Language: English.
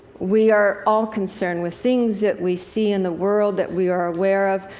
we are all concerned with things that we see in the world that we are aware of.